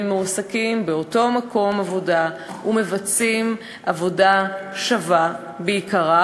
מועסקים באותו מקום עבודה ומבצעים עבודה שווה בעיקרה,